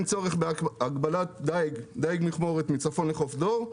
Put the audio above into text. צורך בהגבלת דיג מכמורת מצפון לחוף דור.